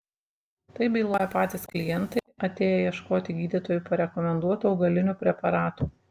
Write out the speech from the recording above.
tai byloja patys klientai atėję ieškoti gydytojų parekomenduotų augalinių preparatų